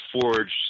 forged